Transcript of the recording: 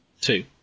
Two